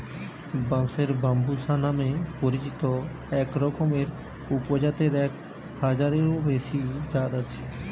বাঁশের ব্যম্বুসা নামে পরিচিত একরকমের উপজাতের এক হাজারেরও বেশি জাত আছে